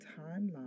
timeline